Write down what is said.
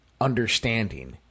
understanding